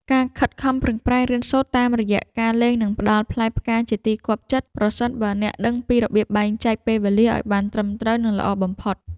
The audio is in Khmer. ការខិតខំប្រឹងប្រែងរៀនសូត្រតាមរយៈការលេងនឹងផ្តល់ផ្លែផ្កាជាទីគាប់ចិត្តប្រសិនបើអ្នកដឹងពីរបៀបបែងចែកពេលវេលាឱ្យបានត្រឹមត្រូវនិងល្អបំផុត។